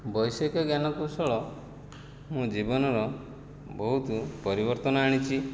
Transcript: ବୈଷୟିକ ଜ୍ଞାନକୌଶଳ ମୋ ଜୀବନର ବହୁତ ପରିବର୍ତ୍ତନ ଆଣିଛି